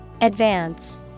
Advance